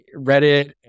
Reddit